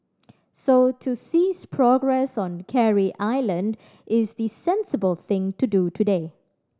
so to cease progress on Carey Island is the sensible thing to do today